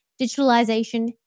digitalization